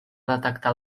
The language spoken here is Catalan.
detectar